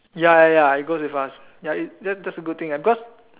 ya ya ya I go to class ya it that's that's a good thing ah cause